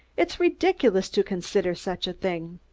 it's ridiculous to consider such a thing.